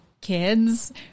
kids